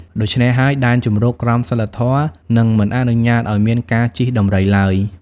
ដូច្នេះហើយ ដែនជម្រកក្រមសីលធម៌នឹងមិនអនុញ្ញាតឲ្យមានការជិះដំរីឡើយ។